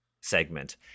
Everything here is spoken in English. segment